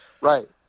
Right